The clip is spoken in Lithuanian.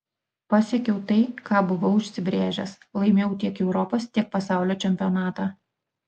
pasiekiau tai ką buvau užsibrėžęs laimėjau tiek europos tiek pasaulio čempionatą